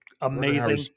amazing